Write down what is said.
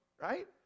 right